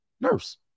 Nurse